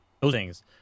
Buildings